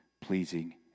pleasing